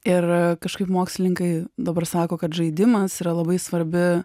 ir kažkaip mokslininkai dabar sako kad žaidimas yra labai svarbi